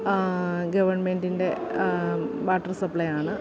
ഗവണ്മെൻ്റിൻ്റെ water supply ആണ്